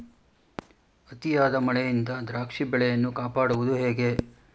ಅತಿಯಾದ ಮಳೆಯಿಂದ ದ್ರಾಕ್ಷಿ ಬೆಳೆಯನ್ನು ಕಾಪಾಡುವುದು ಹೇಗೆ?